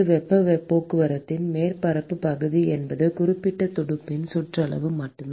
வெப்பப் போக்குவரத்திற்கான மேற்பரப்புப் பகுதி என்பது குறிப்பிட்ட துடுப்பின் சுற்றளவு மட்டுமே